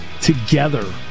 together